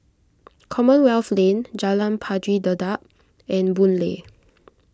Commonwealth Lane Jalan Pari Dedap and Boon Lay